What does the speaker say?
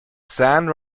san